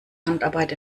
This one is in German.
handarbeit